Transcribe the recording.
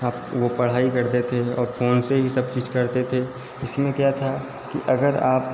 आप वो पढ़ाई करते थे और फोन से ही सब चीज करते थे इसमें क्या था कि अगर आप